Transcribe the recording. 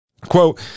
Quote